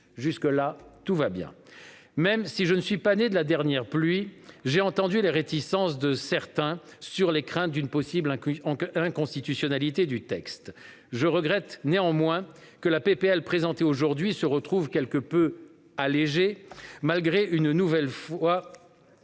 Jusque-là, tout va bien. Même si je ne suis pas né de la dernière pluie, j'ai entendu les réticences de certains, fondées sur la crainte d'une possible inconstitutionnalité du texte. Je regrette néanmoins que la proposition de loi présentée aujourd'hui se retrouve quelque peu allégée, malgré le fait